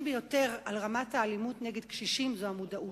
ביותר על רמת האלימות נגד קשישים הוא המודעות,